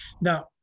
Now